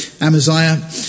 Amaziah